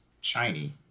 shiny